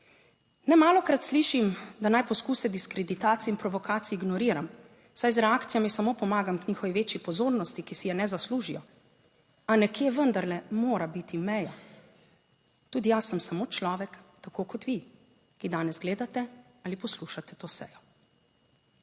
Nemalokrat slišim, da naj poskuse diskreditacij in provokacij ignoriram, saj z reakcijami samo pomagam k njihovi večji pozornosti, ki si je ne zaslužijo. A nekje vendarle mora biti meja. Tudi jaz sem samo človek, tako kot vi, ki danes gledate ali poslušate to sejo.